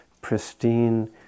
pristine